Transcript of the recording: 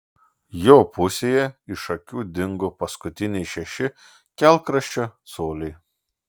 jo pusėje iš akių dingo paskutiniai šeši kelkraščio coliai